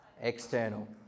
External